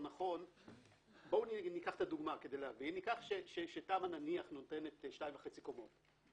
נניח שתמ"א נותנת שתיים וחצי קומות,